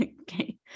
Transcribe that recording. okay